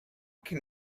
can